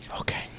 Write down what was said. Okay